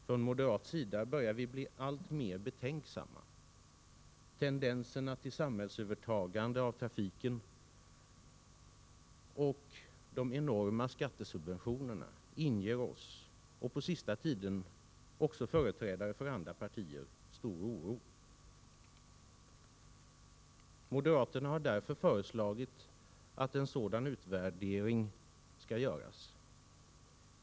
Från moderat sida börjar vi bli alltmer betänksamma. Tendenserna till samhällsövertagande av trafiken och de enorma skattesubventionerna inger oss, och på sista tiden också företrädare på andra partier, stor oro. Moderaterna har därför föreslagit att en sådan utvärdering skall göras.